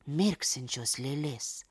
mirksinčios lėlės